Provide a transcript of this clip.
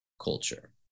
culture